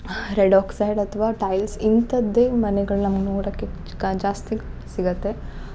red oxide ಅಥ್ವ tiles ಇಂಥದ್ದೆ ಮನೆಗಳು ನಮ್ಗೆ ನೋಡಾಕ್ಕೆ ಕ ಜಾಸ್ತಿ ಸಿಗತ್ತೆ